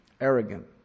arrogant